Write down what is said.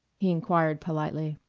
he inquired politely.